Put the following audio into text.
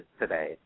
today